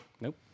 Nope